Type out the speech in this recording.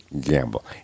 gamble